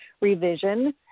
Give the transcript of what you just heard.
revision